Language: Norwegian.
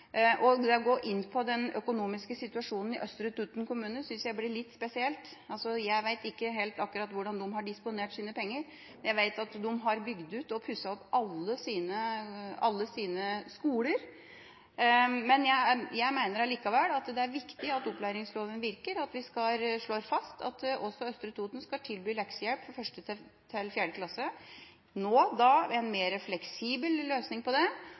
Det å gå inn på den økonomiske situasjonen i Østre Toten kommune syns jeg blir litt spesielt. Jeg vet ikke akkurat hvordan de har disponert sine penger. Jeg vet at de har bygget ut og pusset opp alle sine skoler. Men jeg mener likevel at det er viktig at opplæringsloven virker, og at vi slår fast at også Østre Toten skal tilby leksehjelp fra 1. til 4. klasse – nå med en mer fleksibel løsning for det.